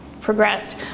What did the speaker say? progressed